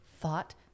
thought